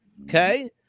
Okay